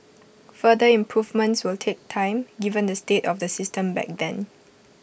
further improvements will take time given the state of the system back then